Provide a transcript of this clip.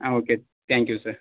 ah okay sir thank you sir